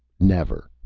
never.